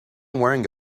wearing